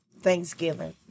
thanksgiving